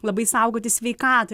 labai saugoti sveikatą